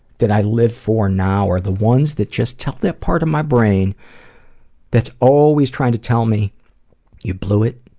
that i live for now, are the ones that just tell that part of my brain that's always trying to tell me you blew it,